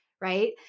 right